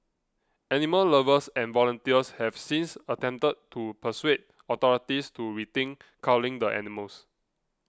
animal lovers and volunteers have since attempted to persuade authorities to rethink culling the animals